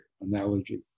analogy